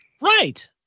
Right